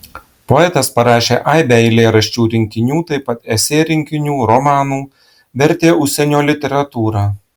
poetas parašė aibę eilėraščių rinkinių taip pat esė rinkinių romanų vertė užsienio literatūrą